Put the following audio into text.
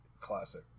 classic